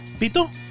Pito